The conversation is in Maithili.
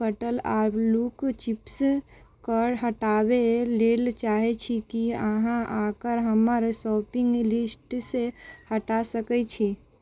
कटल आलूके चिप्सके हटाबै लेल चाहै छी की अहाँ ओकर हमर शॉपिङ्ग लिस्टसँ हटा सकै छी